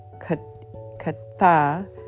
katha